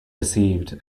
deceived